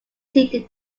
completed